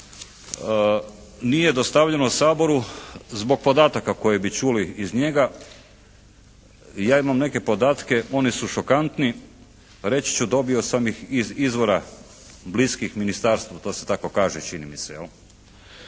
nije dostavljeno Saboru zbog podataka koje bi čuli iz njega. Ja imam neke podatke, oni su šokantni. Reći ću, dobio sam ih iz izvora bliskih ministarstvu to se tako kaže čini mi se. I